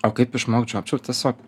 o kaip išmokt žiopčiot tiesiog